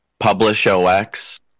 PublishOX